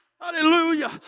Hallelujah